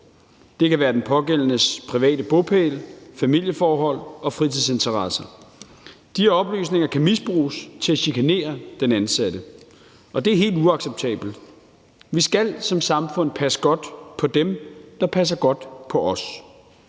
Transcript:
Det kan være den pågældendes private bopæl, familieforhold og fritidsinteresser. De oplysninger kan misbruges til at chikanere den ansatte, og det er helt uacceptabelt. Vi skal som samfund passe godt på dem, der passer godt på os.